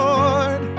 Lord